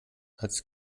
als